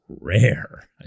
rare